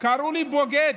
קראו לי בוגד.